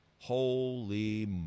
Holy